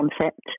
concept